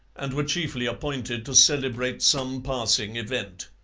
and were chiefly appointed to celebrate some passing event.